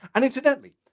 and incidentally,